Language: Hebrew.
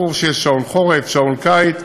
ברור שיש שעון חורף ושעון קיץ.